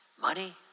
Money